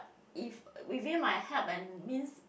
if within my help and means